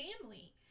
family